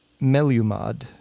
Melumad